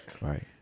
Right